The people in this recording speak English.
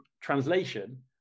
translation